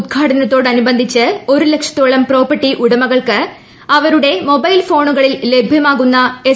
ഉദ്ഘാടനത്തോടനുബന്ധിച്ച് ഒരു ലക്ഷത്തോളം പ്രോപ്പർട്ടി ഉടമകൾക്ക് അവരുടെ മൊബൈൽ ഫോണുകളിൽ ലഭ്യമാകുന്ന എസ്